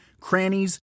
crannies